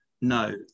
no